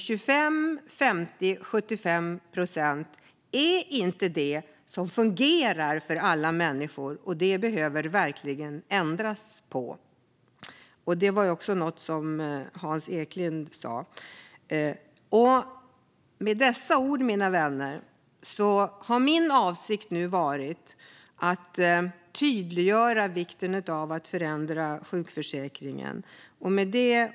25, 50 eller 75 procent fungerar inte för alla människor, så det behöver ändras, vilket Hans Eklind också sa. Mina vänner! Min avsikt med detta har varit att tydliggöra vikten av att förändra sjukförsäkringen.